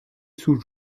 sous